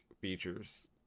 features